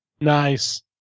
Nice